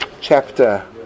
chapter